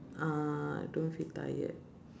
uh don't feel tired